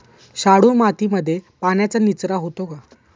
शाडू मातीमध्ये पाण्याचा निचरा होतो का?